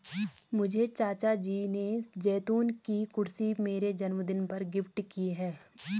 मुझे चाचा जी ने जैतून की कुर्सी मेरे जन्मदिन पर गिफ्ट की है